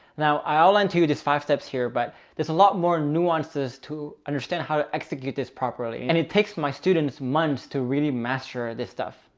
now i all onto this five steps here, but there's a lot more nuances to understand how to execute this properly and it takes my students months to really master this stuff.